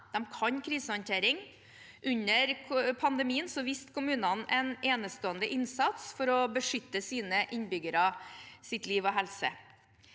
kan krisehåndtering. Under pandemien viste kommunene en enestående innsats for å beskytte sine innbyggeres liv og helse.